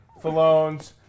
Falones